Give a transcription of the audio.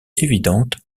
évidentes